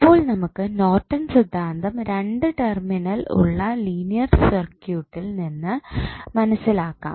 അപ്പോൾ നമുക്ക് നോർട്ടൻ സിദ്ധാന്തം രണ്ടു ടെർമിനൽ ഉള്ള ലീനിയർ സർകൂട്ടിൽ നിന്ന് മനസ്സിലാക്കാം